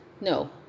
No